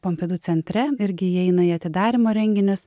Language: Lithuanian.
pompidu centre irgi įeina į atidarymo renginius